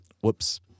Whoops